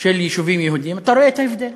של יישובים יהודיים, אתה רואה את ההבדל.